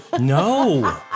No